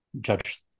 judge